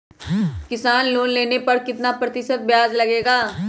किसान लोन लेने पर कितना प्रतिशत ब्याज लगेगा?